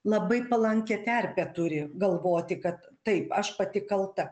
labai palanką terpę turi galvoti kad taip aš pati kalta